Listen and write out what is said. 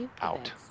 out